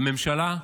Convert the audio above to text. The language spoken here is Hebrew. הממשלה,